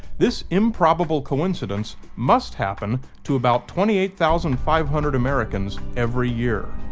this improbable coincidence must happen to about twenty eight thousand five hundred americans every year.